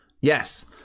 Yes